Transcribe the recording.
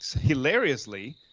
hilariously